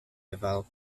develop